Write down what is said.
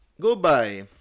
goodbye